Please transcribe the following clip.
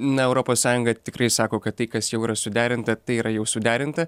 na europos sąjunga tikrai sako kad tai kas jau yra suderinta tai yra jau suderinta